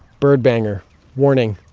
bird banger warning,